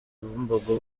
bumbogo